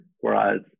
whereas